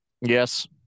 Yes